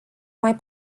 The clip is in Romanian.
mai